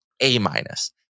A-minus